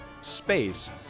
space